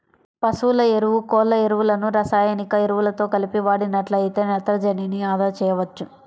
పశువుల ఎరువు, కోళ్ళ ఎరువులను రసాయనిక ఎరువులతో కలిపి వాడినట్లయితే నత్రజనిని అదా చేయవచ్చు